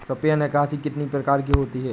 रुपया निकासी कितनी प्रकार की होती है?